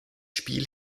spiel